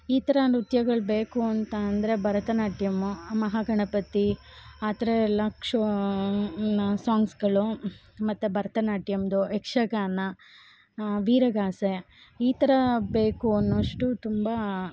ಈ ಥರ ನೃತ್ಯಗಳ್ ಬೇಕು ಅಂತ ಅಂದರೆ ಭರತ ನಾಟ್ಯಮ್ಮು ಮಹಾ ಗಣಪತಿ ಆ ಥರ ಎಲ್ಲ ಕ್ಷೋ ಸಾಂಗ್ಸ್ಗಳು ಮತ್ತು ಭರತ ನಾಟ್ಯಮ್ದು ಯಕ್ಷಗಾನ ವೀರಗಾಸೆ ಈ ಥರ ಬೇಕು ಅನ್ನೊಷ್ಟು ತುಂಬ